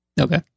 Okay